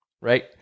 right